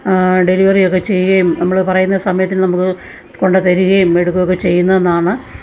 ഡെലിവറിയൊക്കെ ചെയ്യാം നമ്മൾ പറയുന്ന സമയത്തിനു നമുക്ക് കൊണ്ടു തരികയും എടുക്കുകയൊക്കെ ചെയ്യുന്നതെന്നാണ്